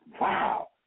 Wow